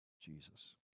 Jesus